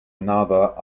another